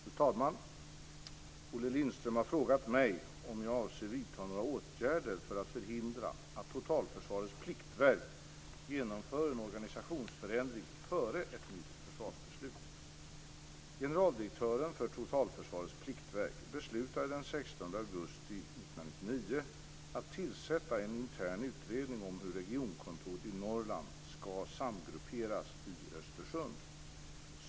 Fru talman! Olle Lindström har frågat mig om jag avser att vidta några åtgärder för att förhindra att Totalförsvarets pliktverk genomför en organisationsförändring före ett nytt försvarsbeslut. Generaldirektören för Totalförsvarets pliktverk beslutade den 16 augusti 1999 att tillsätta en intern utredning om hur regionkontoret i Norrland ska samgrupperas i Östersund.